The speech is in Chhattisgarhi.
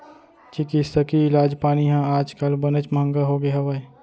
चिकित्सकीय इलाज पानी ह आज काल बनेच महँगा होगे हवय